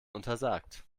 untersagt